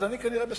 אני כנראה בסדר.